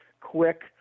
quick